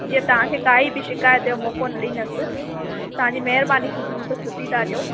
जीअं तव्हांखे काई बि शिकायत जो मौको न ॾींदसि तव्हांजी महिरबानी थींदी तव्हां छुट्टी था ॾियो